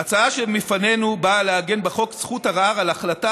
ההצעה שבפנינו באה לעגן בחוק זכות ערר על החלטה